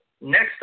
next